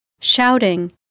Shouting